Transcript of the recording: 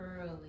Early